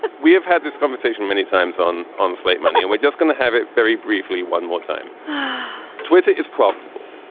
we have had this conversation many times on on slate money and we're just going to have it. very briefly, one more time twitter is profitable.